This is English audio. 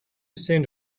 send